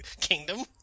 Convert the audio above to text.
kingdom